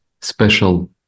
special